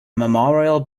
memorial